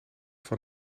van